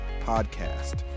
podcast